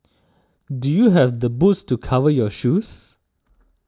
do you have the boots to cover your shoes